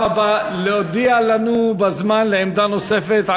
בפעם הבאה להודיע לנו בזמן על עמדה נוספת,